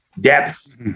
depth